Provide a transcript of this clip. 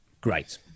Great